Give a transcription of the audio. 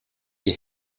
die